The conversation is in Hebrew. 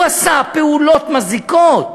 הוא עשה פעולות מזיקות,